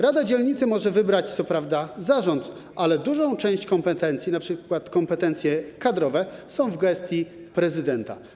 Rada dzielnicy może wybrać co prawda zarząd, ale duża część kompetencji, np. kompetencje kadrowe, jest w gestii prezydenta.